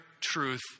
truth